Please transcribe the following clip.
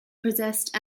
possessed